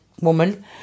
woman